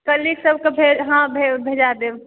colleague सबकेँ हॅं भेजा देब